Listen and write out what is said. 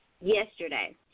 yesterday